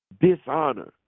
Dishonor